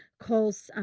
calls, um,